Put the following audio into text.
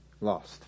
lost